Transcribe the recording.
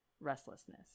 restlessness